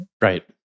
Right